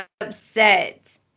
upset